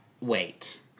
wait